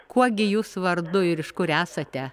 kuo gi jūs vardu ir iš kur esate